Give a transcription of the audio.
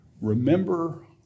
Remember